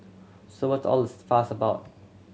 so what's all the fuss about